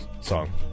song